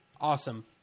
Awesome